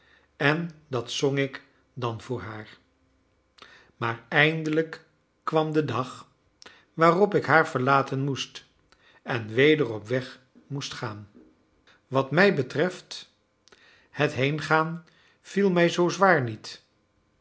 en dat zong ik dan voor haar maar eindelijk kwam de dag waarop ik haar verlaten moest en weder op weg moest gaan wat mij betreft het heengaan viel mij zoo zwaar niet